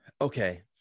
okay